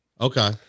Okay